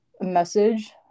message